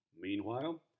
Meanwhile